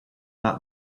not